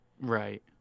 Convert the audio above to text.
Right